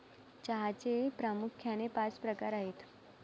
चहाचे प्रामुख्याने पाच प्रकार आहेत